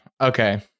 okay